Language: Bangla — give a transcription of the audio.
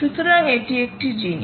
সুতরাং এটি একটি জিনিস